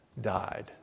died